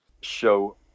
show